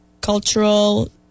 cultural